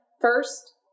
First